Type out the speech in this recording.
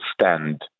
stand